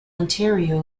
ontario